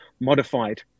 modified